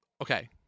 okay